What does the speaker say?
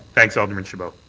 thanks, alderman chabot.